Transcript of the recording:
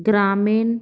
ਗ੍ਰਾਮੀਣ